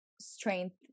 strength